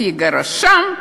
פיגארו שם,